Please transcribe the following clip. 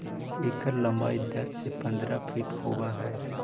एकर लंबाई दस से पंद्रह फीट होब हई